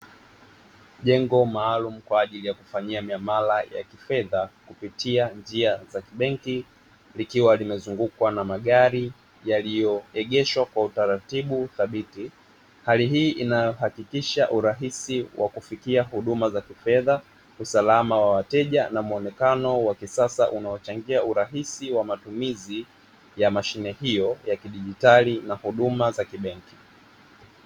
Jengo maalumu kwa ajili ya kufanyia miamala ya kifedha kupitia njia za kibenki likiwa limezungukwa na magari yaliyoegeshwa kwa utaratibu thabiti, hali hii inayohakikisha urahisi wa kufikia huduma za kifedha, usalama wa wateja na muonekano wa kisasa unaochangia urahisi wa matumizi ya mashine hiyo ya kidigitali na huduma za kibenki.